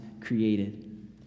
created